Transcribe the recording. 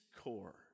core